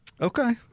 Okay